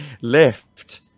left